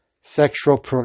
sexual